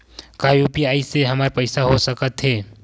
का यू.पी.आई से हमर पईसा हो सकत हे?